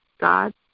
God